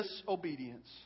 disobedience